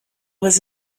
was